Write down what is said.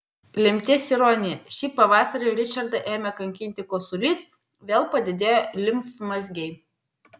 lemties ironija šį pavasarį ričardą ėmė kankinti kosulys vėl padidėjo limfmazgiai